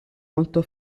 molto